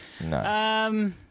No